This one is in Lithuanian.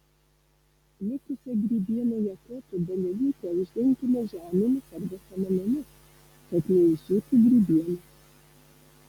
likusią grybienoje koto dalelytę uždenkime žemėmis arba samanomis kad neišdžiūtų grybiena